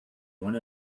one